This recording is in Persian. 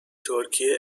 ترکیه